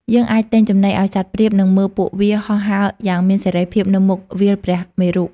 យើងអាចទិញចំណីឱ្យសត្វព្រាប និងមើលពួកវាហោះហើរយ៉ាងមានសេរីភាពនៅមុខវាលព្រះមេរុ។